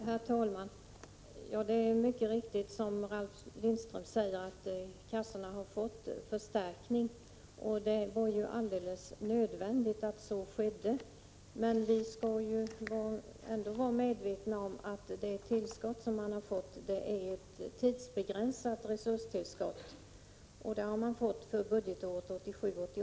Herr talman! Det är mycket riktigt som Ralf Lindström säger, att kassorna har fått förstärkning. Det var ju alldeles nödvändigt att så skedde. Vi skall ändå vara medvetna om att det tillskott man fick är ett tidsbegränsat resurstillskott för budgetåret 1987/88.